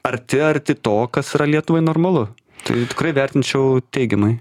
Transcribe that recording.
arti arti to kas yra lietuvai normalu tai tikrai vertinčiau teigiamai